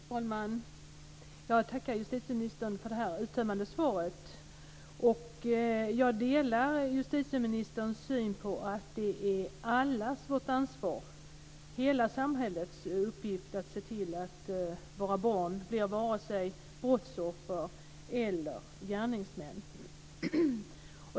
Fru talman! Jag tackar justitieministern för det uttömmande svaret. Jag delar justitieministerns syn på att det är allas vårt ansvar, hela samhällets uppgift, att se till att våra barn varken blir brottsoffer eller gärningsmän.